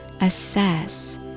assess